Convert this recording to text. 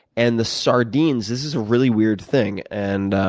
and the sardines this is a really weird thing. and